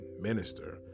minister